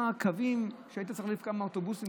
רק קווים שהיית צריך להחליף כמה אוטובוסים כדי,